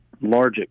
large